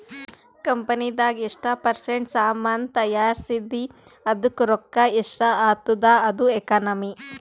ಕಂಪನಿದಾಗ್ ಎಷ್ಟ ಪರ್ಸೆಂಟ್ ಸಾಮಾನ್ ತೈಯಾರ್ಸಿದಿ ಅದ್ದುಕ್ ರೊಕ್ಕಾ ಎಷ್ಟ ಆತ್ತುದ ಅದು ಎಕನಾಮಿ